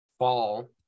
fall